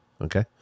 Okay